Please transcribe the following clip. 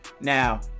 Now